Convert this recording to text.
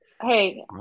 Hey